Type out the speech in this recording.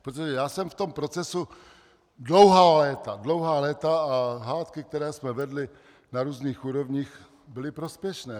Protože já jsem v tom procesu dlouhá léta a hádky, které jsme vedli na různých úrovních, byly prospěšné.